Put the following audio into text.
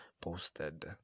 posted